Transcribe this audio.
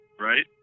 right